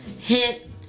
hit